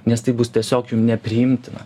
nes tai bus tiesiog jum nepriimtina